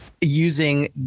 using